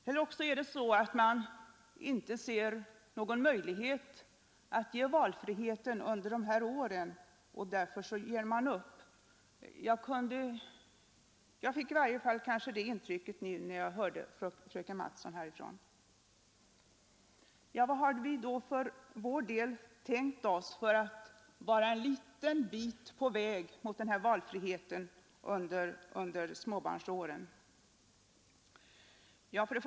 Eller också är det så att man inte ser någon möjlighet att åstadkomma valfrihet under dessa år och därför ger man upp. Jag fick i varje fall det intrycket när jag hörde fröken Mattson. Vad har vi då tänkt oss för att komma en liten bit på väg mot den här valfriheten under de år då föräldrarna har småbarn?